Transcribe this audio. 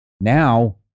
now